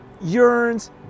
yearns